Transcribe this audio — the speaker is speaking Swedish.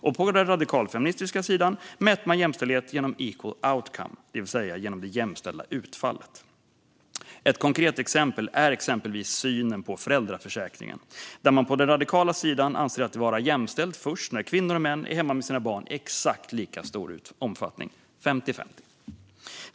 Och på den radikalfeministiska sidan mäter man jämställdhet genom equal outcome, det vill säga genom jämställda utfall. Ett konkret exempel är synen på föräldraförsäkringen, där man på den radikala sidan anser det vara jämställt först när kvinnor och män är hemma med sina barn i exakt lika stor omfattning - 50-50.